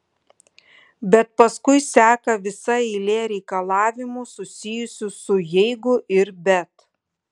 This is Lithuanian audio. bet paskui seka visa eilė reikalavimų susijusių su jeigu ir bet